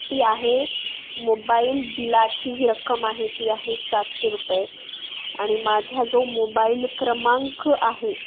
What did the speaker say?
ती आहे मोबाईल बिलाची जी रक्कम आहे ती आहे सातशे रुपये आणि माझा जो मोबाईल क्रमांक आहे